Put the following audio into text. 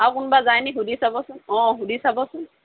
আৰু কোনোবা যায়নি সুধি চাবচোন অঁ সুধি চাবচোন